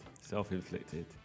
self-inflicted